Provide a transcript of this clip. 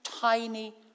tiny